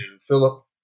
Philip